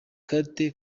kate